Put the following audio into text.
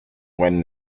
when